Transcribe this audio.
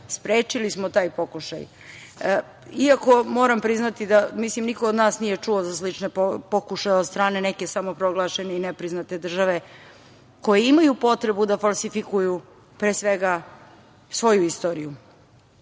sprečili smo taj pokušaj. Iako, moram priznati da niko od nas nije čuo za slične pokušaje od strane neke samoproglašene i nepriznate države koje imaju potrebu da falsifikuju pre svega svoju istoriju. Ono